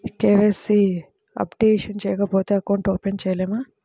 KYC updation చేయకపోతే account open చేయలేమా?